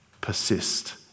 persist